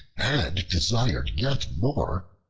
and desired yet more,